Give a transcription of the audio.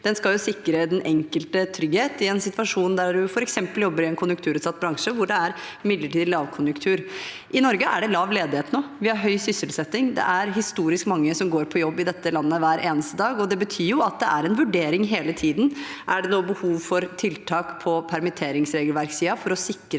Den skal sikre den enkelte trygghet i en situasjon der man f.eks. jobber i en konjunkturutsatt bransje hvor det er midlertidig lavkonjunktur. I Norge er det lav ledighet nå. Vi har høy sysselsetting. Det er historisk mange som går på jobb i dette landet hver eneste dag, og det betyr at det er en vurdering hele tiden. Er det behov for tiltak på permitteringsregelverkssiden for å sikre